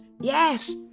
yes